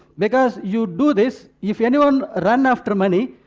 because you do this, if anyone runs after money,